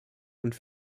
und